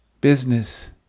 business